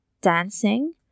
Dancing